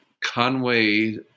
Conway